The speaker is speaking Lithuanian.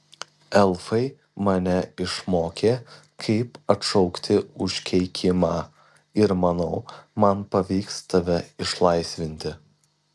elfai mane išmokė kaip atšaukti užkeikimą ir manau man pavyks tave išlaisvinti